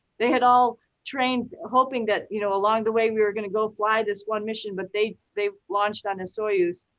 they had all trained hoping that, you know along the way we were gonna go fly this one mission, but they've launched on a soyuz,